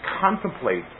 contemplate